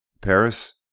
Paris